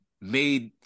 made